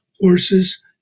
horses